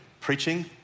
preaching